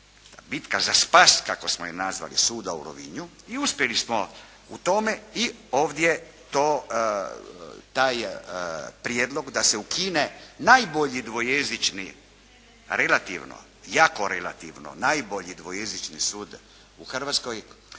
bitka za spas kako smo je nazvali suda u Rovinju i uspjeli smo u tome. I ovdje taj prijedlog da se ukine najbolji dvojezični relativno, jako relativno najbolji dvojezični sud u Hrvatskoj